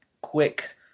quick